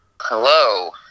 Hello